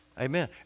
Amen